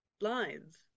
lines